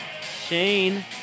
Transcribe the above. Shane